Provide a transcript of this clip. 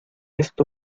esto